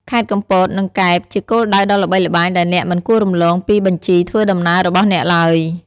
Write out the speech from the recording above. ខេត្តកំពត និង កែប ជាគោលដៅដ៏ល្បីល្បាញដែលអ្នកមិនគួររំលងពីបញ្ជីធ្វើដំណើររបស់អ្នកទ្បើយ។